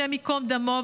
השם ייקום דמו,